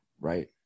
right